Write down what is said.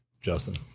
Justin